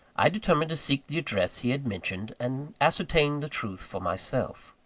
i determined to seek the address he had mentioned, and ascertain the truth for myself.